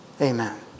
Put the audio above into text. Amen